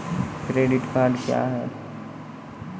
Credit card क्या हैं?